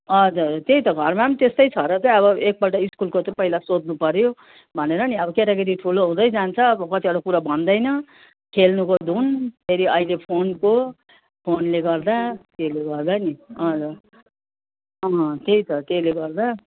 हजुर त्यही त घरमा पनि त्यस्तै छ र चाहिँ अब एकपल्ट स्कुलको चाहिँ पहिला सोध्नु पऱ्यो भनेर नि अब केटाकेटी ठुलो हुँदै जान्छ अब कतिवटा कुरा भन्दैन खेल्नुको धुन फेरी अहिले फोनको फोनले गर्दा त्यसले गर्दा नि हजुर अँ त्यही त त्यसले गर्दा